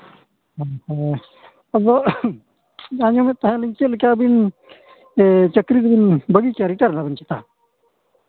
ᱦᱮᱸ ᱟᱫᱚ ᱟᱸᱡᱚᱢᱮᱫ ᱛᱟᱦᱮᱱᱤᱧ ᱪᱮᱫ ᱞᱮᱠᱟ ᱵᱤᱱ ᱪᱟᱹᱠᱨᱤ ᱠᱚᱵᱤᱱ ᱵᱟᱹᱜᱤ ᱠᱮᱫᱼᱟ ᱨᱤᱴᱟᱲ ᱱᱟᱹᱵᱤᱱ ᱪᱮᱛᱟ